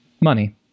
Money